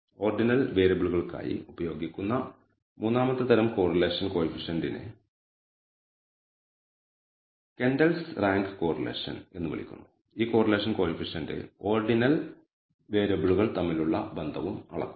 ordinal വേരിയബിളുകൾക്കായി ഉപയോഗിക്കുന്ന മൂന്നാമത്തെ തരം കോറിലേഷൻ കോയിഫിഷ്യനെ Kendall's rank correlation Kendall's rank എന്ന് വിളിക്കുന്നു ഈ കോറിലേഷൻ കോയിഫിഷ്യന്റ് ഓർഡിനൽ വേരിയബിളുകൾ തമ്മിലുള്ള ബന്ധവും അളക്കുന്നു